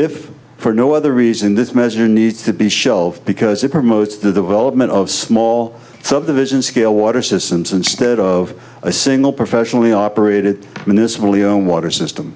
if for no other reason this measure needs to be shelved because it promotes the development of small subdivision scale water systems instead of a single professionally operated innocently o water system